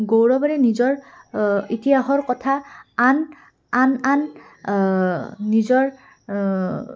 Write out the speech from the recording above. গৌৰৱেৰে নিজৰ ইতিহাসৰ কথা আন আন আন নিজৰ